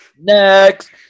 Next